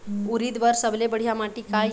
उरीद बर सबले बढ़िया माटी का ये?